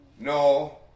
No